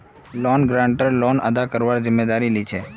loan guarantor loan अदा करवार जिम्मेदारी लीछे